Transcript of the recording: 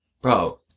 Bro